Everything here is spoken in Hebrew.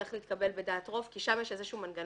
צריך להתקבל בדעת רוב כי שם יש איזשהו מנגנון.